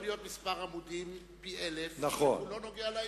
מספר העמודים יכול להיות פי-אלף והוא לא נוגע לעניין.